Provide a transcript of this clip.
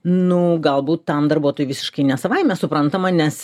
nu galbūt tam darbuotojui visiškai ne savaime suprantama nes